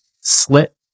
slit